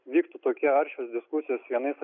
vyktų tokie aršios diskusijos vienais